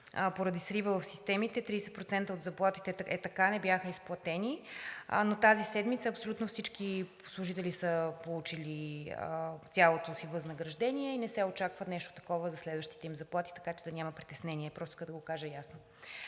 Поради срива в системите 30% от заплатите не бяха изплатени, но тази седмица абсолютно всички служители са получили цялото си възнаграждение и не се очаква нещо такова за следващите им заплати, така че да няма притеснение. Просто да Ви го кажа ясно.